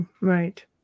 Right